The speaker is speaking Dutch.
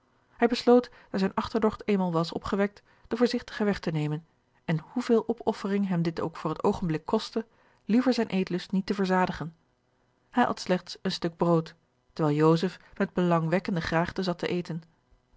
hij besloot daar zijne achterdocht eenmaal was opgewekt den voorzigtigen weg te nemen en hoeveel opoffering hem dit ook voor het oogenblik kostte liever zijn eetlust niet te verzadigen hij at slechts een stuk brood terwijl joseph met belangwekkende graagte zat te eten